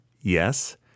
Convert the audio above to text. Yes